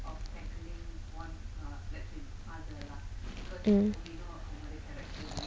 mm